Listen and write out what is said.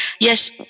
yes